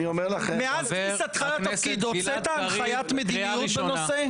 מאז כניסתך לתפקיד, הוצאת הנחיית מדיניות בנושא?